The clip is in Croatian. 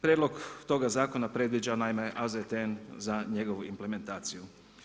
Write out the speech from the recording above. Prijedlog toga zakona predviđa naime AZTN za njegovu implementaciju.